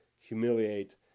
humiliate